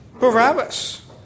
Barabbas